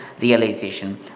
realization